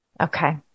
Okay